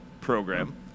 program